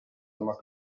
oma